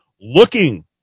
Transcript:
looking